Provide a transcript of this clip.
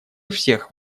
всех